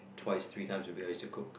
twice three times will be nice to cook